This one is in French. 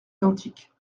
identiques